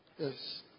Yes